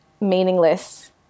meaningless